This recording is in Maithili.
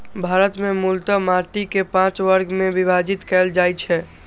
भारत मे मूलतः माटि कें पांच वर्ग मे विभाजित कैल जाइ छै